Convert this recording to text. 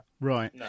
right